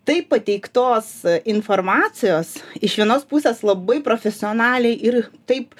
taip pateiktos informacijos iš vienos pusės labai profesionaliai ir taip